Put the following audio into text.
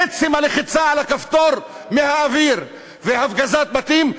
עצם הלחיצה על הכפתור מהאוויר והפגזת בתים,